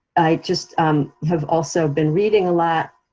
i just have also been reading a lot.